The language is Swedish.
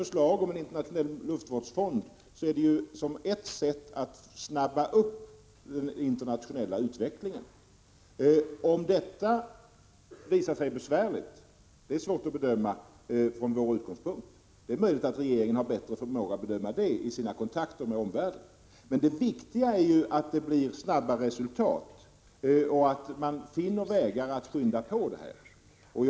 Förslaget om en internationell luftvårdsfond skall ses som ett sätt att skynda på den internationella utvecklingen. Detta är svårt att bedöma, och det är möjligt att regeringen har bättre förmåga att göra det genom sina kontakter med omvärlden. Det viktiga är emellertid att man hittar vägar så att det snabbt blir resultat.